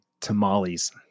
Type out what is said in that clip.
Tamales